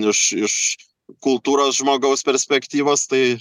iš iš kultūros žmogaus perspektyvos tai